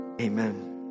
amen